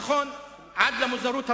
נכון, עד למוזרות הבאה.